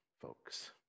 folks